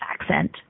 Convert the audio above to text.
accent